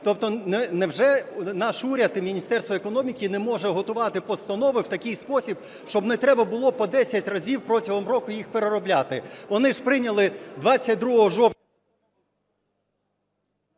Тобто невже наш уряд і Міністерство економіки не може готувати постанови в такий спосіб, щоб не треба було по десять разів протягом року їх переробляти. Вони ж прийняли 22 жовтня…